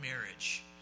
marriage